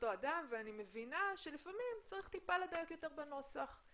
אני מבינה שצריך מעט לדייק יותר בנוסח,